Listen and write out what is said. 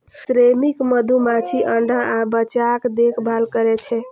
श्रमिक मधुमाछी अंडा आ बच्चाक देखभाल करै छै